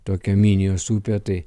tokia minijos upė tai